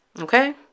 Okay